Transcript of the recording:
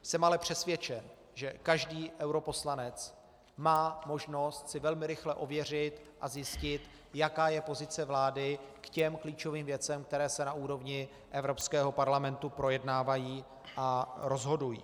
Jsem ale přesvědčen, že každý europoslanec má možnost si velmi rychle ověřit a zjistit, jaká je pozice vlády k těm klíčovým věcem, které se na úrovni Evropského parlamentu projednávají a rozhodují.